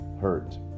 hurt